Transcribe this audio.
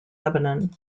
lebanon